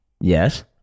Yes